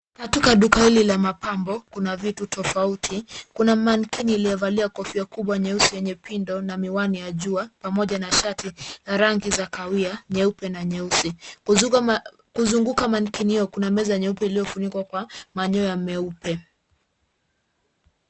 Katika duka hili la mapambo, kuna vitu tofauti. Kuna mankini iliyovalia kofia kubwa nyeusi yenye pindo na miwani ya jua pamoja na shati ya rangi za kahawia, nyeupe na nyeusi. Kuzunguka mankini hiyo, kuna meza nyeupe iliyofunikwa kwa manyoya meupe.